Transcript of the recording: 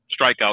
strikeouts